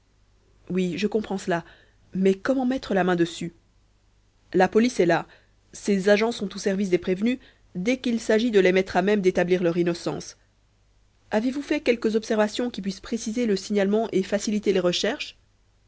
oui je comprends cela mais comment mettre la main dessus la police est là ses agents sont au service des prévenus dès qu'il s'agit de les mettre à même d'établir leur innocence avez-vous fait quelques observations qui puissent préciser le signalement et faciliter les recherches